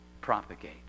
propagate